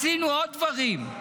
עשינו עוד דברים.